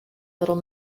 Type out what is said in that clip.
little